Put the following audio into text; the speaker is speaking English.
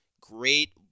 great